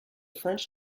french